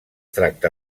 tracta